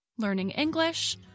learningenglish